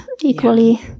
equally